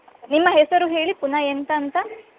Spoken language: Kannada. ನಿಮ್ಮ ಹೆಸರು ಹೇಳಿ ಪುನಃ ಎಂತ ಅಂತ